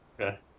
Okay